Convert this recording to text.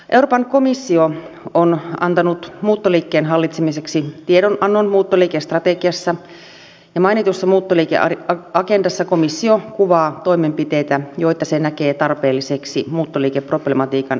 euroopan komissio on antanut muuttoliikkeen hallitsemiseksi tiedonannon muuttoliikestrategiassa ja mainitussa muuttoliikeagendassa komissio kuvaa toimenpiteitä joita se näkee tarpeelliseksi muuttoliikeproblematiikan johdosta